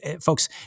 folks